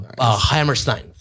Hammerstein